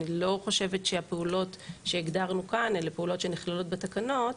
אני לא חושבת שהפעולות שהגדרנו כאן הן פעולות שנכללות בתקנות,